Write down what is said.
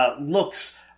looks